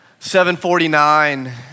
749